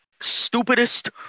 stupidest